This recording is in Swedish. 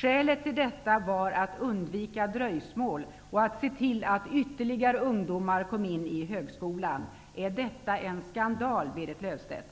Skälet till detta var att undvika dröjsmål och att se till att ytterligare ungdomar kom in i högskolan. Är detta en skandal, Berit Löfstedt?